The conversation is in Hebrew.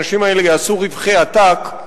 האנשים האלה יעשו רווחי עתק,